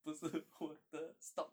不是我的 stock